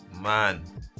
man